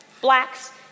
Blacks